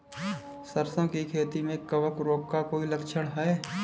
सरसों की खेती में कवक रोग का कोई लक्षण है?